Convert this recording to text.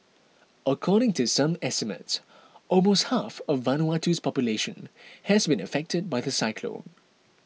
according to some estimates almost half of Vanuatu's population has been affected by the cyclone